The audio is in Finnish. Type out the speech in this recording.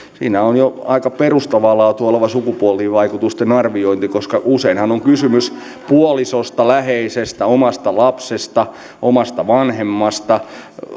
siinä on jo aika perustavaa laatua oleva sukupuolivaikutusten arviointi koska useinhan on kysymys puolisosta läheisestä omasta lapsesta omasta vanhemmasta